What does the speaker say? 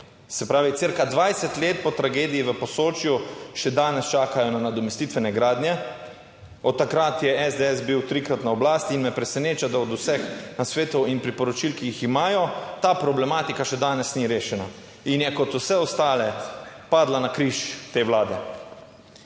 Se pravi cirka 20 let po tragediji v Posočju, še danes čakajo na nadomestitvene gradnje. 46. TRAK: (VP) 13.45 (nadaljevanje) Od takrat je SDS bil trikrat na oblasti in me preseneča, da od vseh nasvetov in priporočil, ki jih imajo, ta problematika še danes ni rešena in je kot vse ostale padla na križ te vlade.